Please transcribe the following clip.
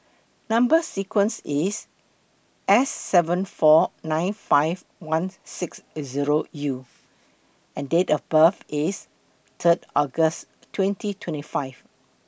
Number sequence IS S seven four nine five one six Zero U and Date of birth IS Third August twenty twenty five